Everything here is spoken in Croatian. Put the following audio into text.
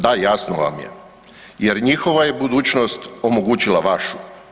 Da, jasno vam je jer njihova je budućnost omogućila vašu.